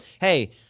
hey